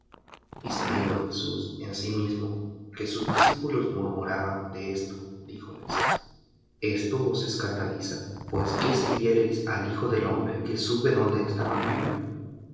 y sabiendo jesús en sí mismo que sus discípulos murmuraban de esto díjoles esto os escandaliza pues si viereis al hijo del hombre que sube donde estaba primero